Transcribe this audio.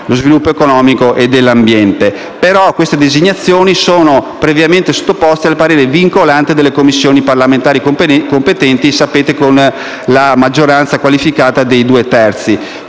sviluppo economico e dell'ambiente. Queste designazioni, però, sono previamente sottoposte al parere vincolante delle Commissioni parlamentari competenti votato, come sapete, con la maggioranza qualificata dei due terzi: